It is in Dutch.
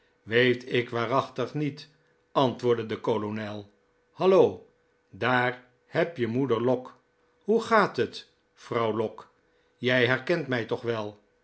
weet ik waarachtig niet antwoordde de kolonel hallo daar heb je moeder lock hoe gaat het vrouw lock je herkent mij toch wel